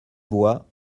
bois